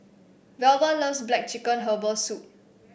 Velva loves black chicken Herbal Soup